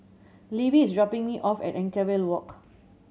Levie is dropping me off at Anchorvale Walk